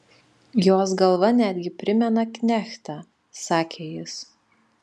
jos galva netgi primena knechtą sakė jis